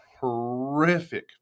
horrific